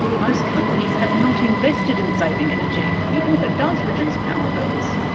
most companies have not invested in saving energy, even if it does reduce power bills.